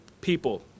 people